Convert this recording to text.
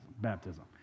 baptism